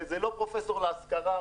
וזה לא פרופסור להשכרה,